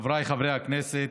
חבריי חברי הכנסת,